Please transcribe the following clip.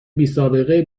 بیسابقهای